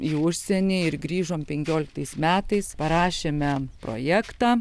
į užsienį ir grįžom penkioliktais metais parašėme projektą